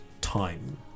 time